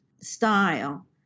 style